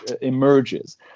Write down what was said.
emerges